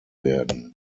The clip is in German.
werden